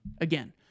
again